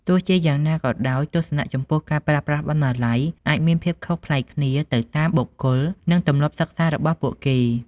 ទោះជាយ៉ាងណាក៏ដោយ ទស្សនៈចំពោះការប្រើប្រាស់បណ្ណាល័យអាចមានភាពខុសប្លែកគ្នាទៅតាមបុគ្គល និងទម្លាប់សិក្សារបស់ពួកគេ។